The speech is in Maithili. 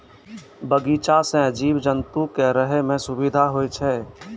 बगीचा सें जीव जंतु क रहै म सुबिधा होय छै